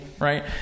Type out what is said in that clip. right